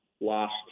lost